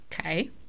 Okay